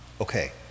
okay